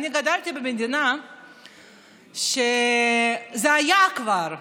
אני גדלתי במדינה שזה כבר היה.